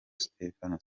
stephen